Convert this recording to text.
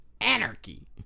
Anarchy